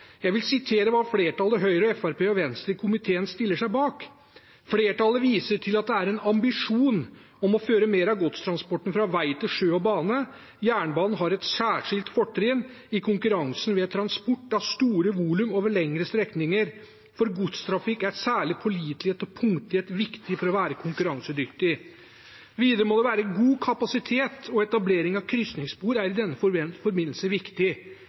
Jeg vil sitere hva flertallet, Høyre, Fremskrittspartiet og Venstre i komiteen, stiller seg bak: «Flertallet viser til at det er en ambisjon å føre mer av godstransporten fra vei til sjø og bane. Jernbanen har et særlig fortrinn i konkurransen ved transport av store volum over lengre strekninger. For godstrafikk er særlig pålitelighet og punktlighet viktig for å være konkurransedyktig. Videre må det være god kapasitet, og etablering av krysningsspor er i denne sammenheng viktig.